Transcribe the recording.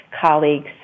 colleagues